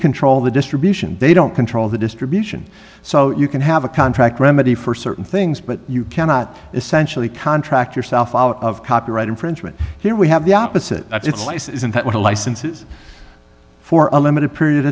control the distribution they don't control the distribution so you can have a contract remedy for certain things but you cannot essentially contract yourself out of copyright infringement here we have the opposite isn't that what a licenses for a limited period